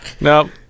No